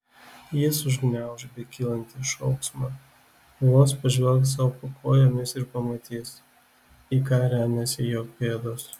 jis užgniauš bekylantį šauksmą vos pažvelgs sau po kojomis ir pamatys į ką remiasi jo pėdos